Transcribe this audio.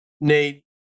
Nate